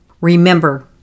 Remember